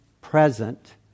present